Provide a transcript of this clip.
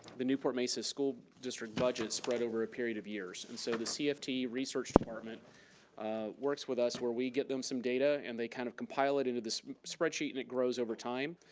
the newport mesa school district budget spread over a period of years, and so the cft research department works with us where we get them some data and they kind of compile it into this spreadsheet and it grows over time.